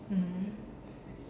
mmhmm